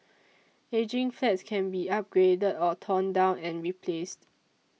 ageing flats can be upgraded or torn down and replaced